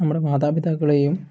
നമ്മുടെ മാതാപിതാക്കളേയും